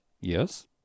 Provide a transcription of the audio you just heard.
Yes